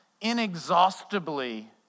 inexhaustibly